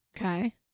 Okay